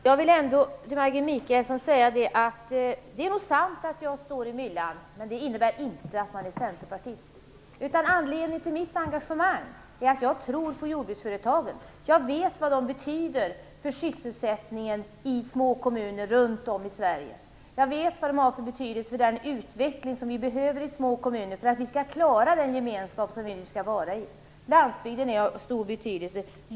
Herr talman! Jag vill säga till Maggi Mikaelsson att det nog är sant att jag står i myllan, men det innebär inte att jag är centerpartist. Anledningen till mitt engagemang är att jag tror på jordbruksföretagen. Jag vet vad de betyder för sysselsättningen i små kommuner runt om i Sverige. Jag vet vilken betydelse de har för den utveckling som små kommuner behöver för att klara den gemenskap som Sverige nu skall gå in i. Landsbygden är av stor betydelse.